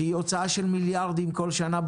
שזה הוצאה של מיליארדים בכל שנה,